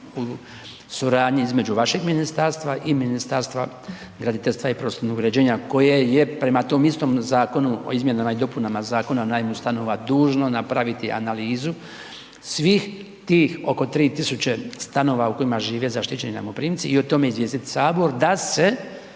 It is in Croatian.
u suradnji između vašeg ministarstva i Ministarstva i prostornog uređenja, koje je prema tom istom Zakonu o izmjenama i dopunama Zakona o najmu stanova dužno napraviti analizu svih tih oko 3 tisuće stanova u kojima žive zaštićeni najmoprimci i o tome izvijestiti Sabor da se